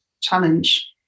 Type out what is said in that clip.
challenge